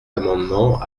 amendement